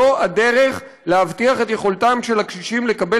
זו הדרך להבטיח את יכולתם של הקשישים לקבל